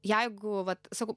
jeigu vat sakau